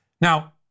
now